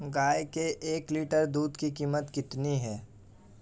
गाय के एक लीटर दूध की कीमत कितनी है?